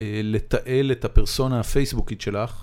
לתעל את הפרסונה הפייסבוקית שלך